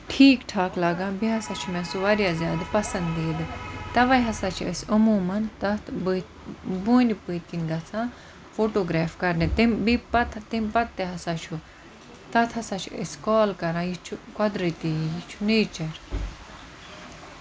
ٹھیٖک ٹھاک لگان بیٚیہِ ہسا چھُ مےٚ سُہ واریاہ زیادٕ پَسندیٖدٕ تَوے ہسا چھِ أسۍ عموٗمَن تتھ بونہِ پٔتۍ کِنۍ گژھان فوٹوگریف کَرنہِ تَمہِ پَتہٕ تَمہِ پَتہٕ تہِ ہسا چھُ تَتھ ہسا چھِ أسۍ کول کران یہِ چھُ قۄدرَتی یہِ چھُ نیچر